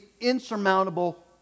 insurmountable